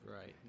Right